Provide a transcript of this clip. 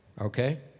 okay